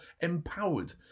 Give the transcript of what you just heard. empowered